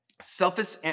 Selfish